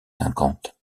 cinquante